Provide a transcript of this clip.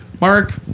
Mark